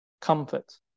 Comfort